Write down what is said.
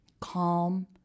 calm